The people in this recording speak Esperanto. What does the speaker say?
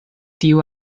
tiu